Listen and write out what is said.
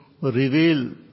reveal